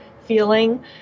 feeling